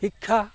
শিক্ষা